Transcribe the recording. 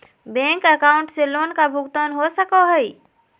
Bank account से loan का भुगतान हो सको हई?